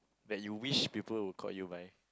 that you wish people will call you by